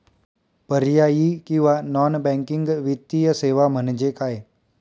पर्यायी किंवा non banking वित्तीय सेवा म्हणजे काय?